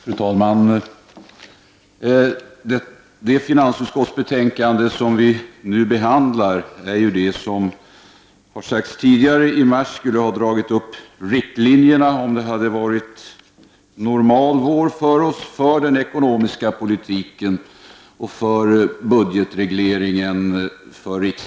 Fru talman! Som det har sagts tidigare, är det finansutskottsbetänkande vi nu behandlar det som i mars, om det hade varit ett normalt år, skulle ha dragit upp riktlinjerna för den ekonomiska politiken och budgetregleringen.